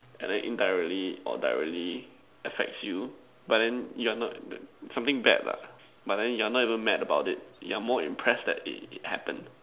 and then indirectly or directly affects you but then you're not something bad lah but then you're not even mad about it you're more impressed that it it happens